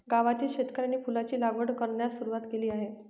गावातील शेतकऱ्यांनी फुलांची लागवड करण्यास सुरवात केली आहे